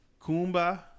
Kumba